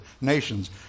Nations